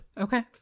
Okay